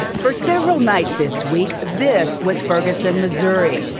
for several nights this week, this was ferguson missouri.